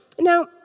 now